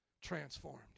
transformed